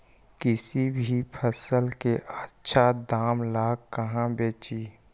किसी भी फसल के आछा दाम ला कहा बेची?